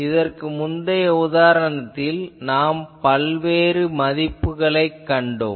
இதற்கு முந்தைய உதாரணத்தில் நாம் பல்வேறு மதிப்புகளைக் கண்டோம்